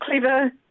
clever